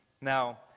Now